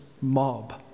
mob